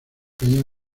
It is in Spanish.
caña